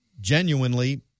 genuinely